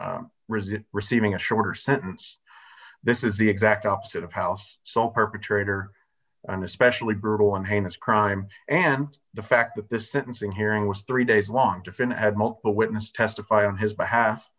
resist receiving a shorter sentence this is the exact opposite of house so perpetrator an especially brutal on heinous crime and the fact that the sentencing hearing was three days long to finish had multiple witnesses testify on his behalf